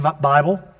Bible